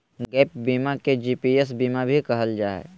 gap बीमा के GAPS बीमा भी कहल जा हय